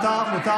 מה בלתי נסבל פה?